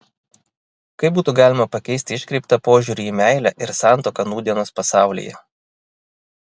kaip būtų galima pakeisti iškreiptą požiūrį į meilę ir santuoką nūdienos pasaulyje